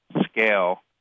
scale